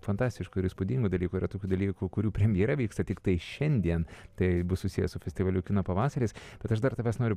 fantastiškų ir įspūdingų dalykų yra tokių dalykų kurių premjera vyksta tiktai šiandien tai bus susiję su festivaliu kino pavasaris bet aš dar tavęs noriu